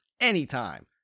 anytime